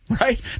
Right